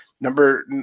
number